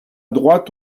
droit